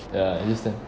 ya at least then